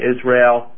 Israel